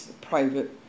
private